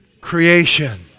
creation